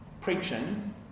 preaching